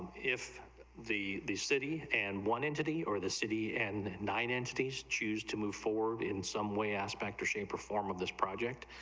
if the the city and one entity or the city and nine inch these shoes to move four in some way aspect are she performed this project,